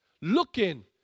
Looking